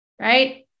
right